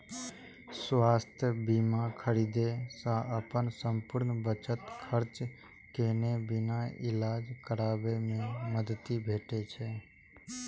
स्वास्थ्य बीमा खरीदै सं अपन संपूर्ण बचत खर्च केने बिना इलाज कराबै मे मदति भेटै छै